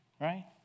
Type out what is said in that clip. right